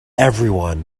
everybody